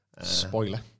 Spoiler